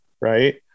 Right